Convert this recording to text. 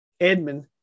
Edmund